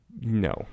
No